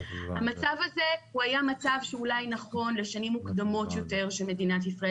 המצב הזה הוא היה מצב שאולי נכון לשנים מוקדמות יותר של מדינת ישראל.